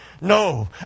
no